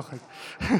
סתם, אני צוחק.